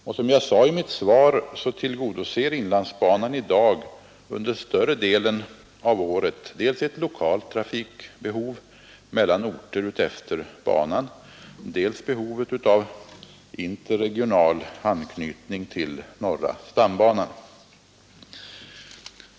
Och som jag sade i mitt interpellationssvar tillgodoser inlandsbanan i dag under större delen av året dels ett lokalt trafikbehov mellan orter utefter banan, dels behovet av interregional anknytning till norra stambanan.